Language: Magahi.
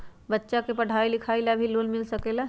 बच्चा के पढ़ाई लिखाई ला भी लोन मिल सकेला?